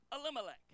elimelech